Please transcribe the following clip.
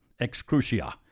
excrucia